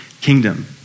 kingdom